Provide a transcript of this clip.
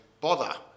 bother